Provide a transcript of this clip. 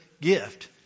gift